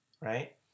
right